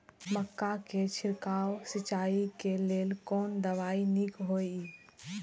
मक्का के छिड़काव सिंचाई के लेल कोन दवाई नीक होय इय?